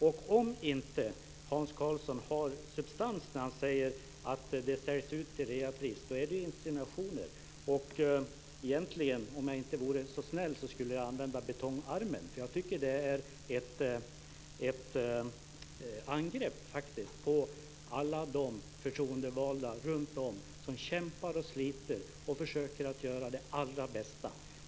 Om inte Hans Karlsson har substans bakom det han säger om att sälja ut till reapris är det insinuationer. Egentligen, om jag inte vore så snäll, skulle jag använda betongarmen, för jag tycker att det är ett angrepp på alla förtroendevalda runtom som kämpar och sliter och försöker att göra det allra bästa.